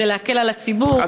כדי להקל על הציבור,